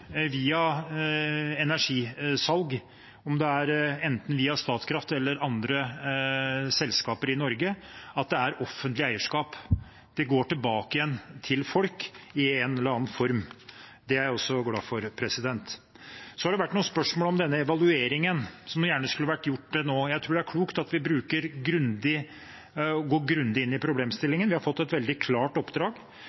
via energisalg – enten det er via Statkraft eller andre selskaper i Norge – gjennom offentlig eierskap går tilbake til folk i en eller annen form. Det er jeg også glad for. Det har vært noen spørsmål om denne evalueringen, som gjerne skulle ha vært gjort nå. Jeg tror det er klokt at vi går grundig